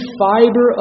fiber